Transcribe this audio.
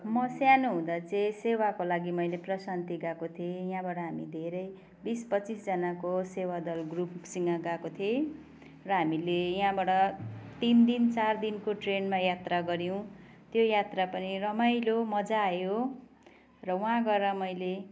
म सानो हुँदा चाहिँ सेवाको लागि मैले प्रशान्ति गएको थिएँ यहाँबाट हामी धेरै बिस पच्चिसजनाको सेवा दल ग्रुपसित गएको थिएँ र हामीले यहाँबाट तिन दिन चार दिनको ट्रेनमा यात्रा गऱ्यौँ त्यो यात्रा पनि रमाइलो मज्जा आयो र वहाँ गएर मैले